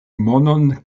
monon